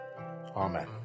amen